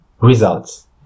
results